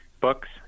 books